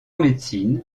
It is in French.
médecine